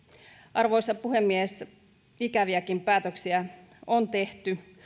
arvoisa puhemies ikäviäkin päätöksiä on tehty